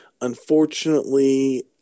Unfortunately